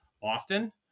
often